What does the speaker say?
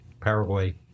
Paraguay